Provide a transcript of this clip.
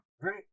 right